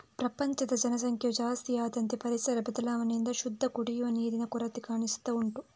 ಪ್ರಪಂಚದ ಜನಸಂಖ್ಯೆಯು ಜಾಸ್ತಿ ಆದಂತೆ ಪರಿಸರ ಬದಲಾವಣೆಯಿಂದ ಶುದ್ಧ ಕುಡಿಯುವ ನೀರಿನ ಕೊರತೆ ಕಾಣಿಸ್ತಾ ಉಂಟು